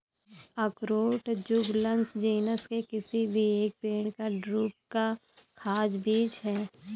अखरोट Juglans genus के किसी भी पेड़ के एक ड्रूप का खाद्य बीज है